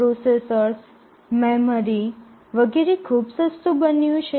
processors memory વગેરે ખૂબ સસ્તું થઈ ગયું છે